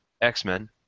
X-Men